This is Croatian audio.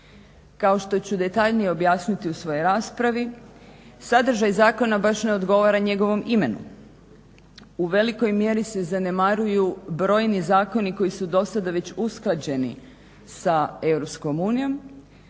Kao što ću detaljnije objasniti u svoj raspravi, sadržaj zakona baš ne odgovara njegovom imenu, u velikoj mjeri se zanemaruju brojni zakoni koji su dosada već usklađeni sa